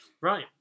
right